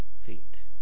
feet